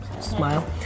smile